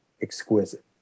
exquisite